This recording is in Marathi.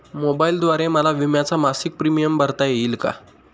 मोबाईलद्वारे मला विम्याचा मासिक प्रीमियम भरता येईल का?